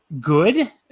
good